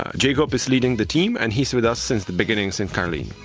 ah jakub is leading the team and he's with us since the beginnings in karlin.